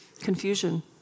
Confusion